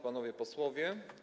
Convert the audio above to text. Panowie Posłowie!